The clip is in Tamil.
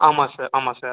ஆமாம் சார் ஆமாம் சார்